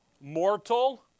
mortal